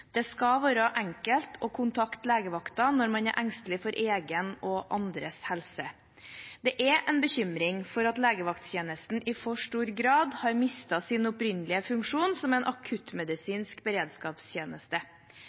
Det skal være enkelt å kontakte legevakten når man er engstelig for egen og andres helse. Det er en bekymring for at legevakttjenesten i for stor grad har mistet sin opprinnelige funksjon som en